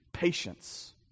Patience